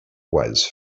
was